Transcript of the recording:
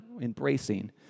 embracing